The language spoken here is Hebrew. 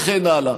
וכן הלאה.